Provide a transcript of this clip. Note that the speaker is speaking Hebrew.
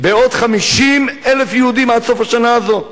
בעוד 50,000 יהודים עד סוף השנה הזאת.